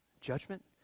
judgment